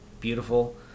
beautiful